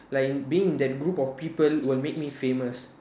like being in that group of people will make me famous